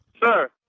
sir